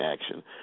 action